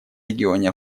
регионе